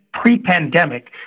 pre-pandemic